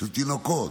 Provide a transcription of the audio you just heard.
של תינוקות.